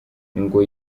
ngo